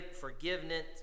forgiveness